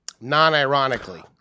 non-ironically